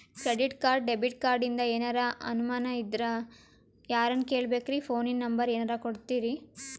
Credit card, debit ಕಾರ್ಡಿಂದ ಏನರ ಅನಮಾನ ಇದ್ರ ಯಾರನ್ ಕೇಳಬೇಕ್ರೀ, ಫೋನಿನ ನಂಬರ ಏನರ ಕೊಡ್ತೀರಿ?